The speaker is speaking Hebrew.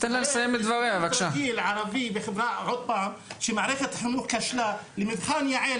סטודנט ערבי לא יכול להיכנס כסטודנט רגיל למבחן יע"ל,